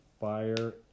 fire